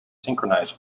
synchronize